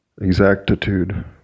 exactitude